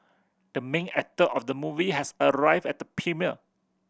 the main actor of the movie has arrived at the premiere